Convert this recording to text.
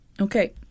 Okay